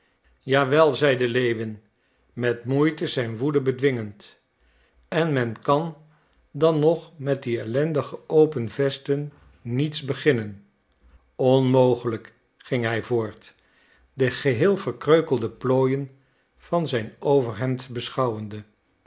wel zeide lewin met moeite zijn woede bedwingend en men kan dan nog met die ellendige open vesten niets beginnen onmogelijk ging hij voort de geheel verkreukelde plooien van zijn overhemd beschouwende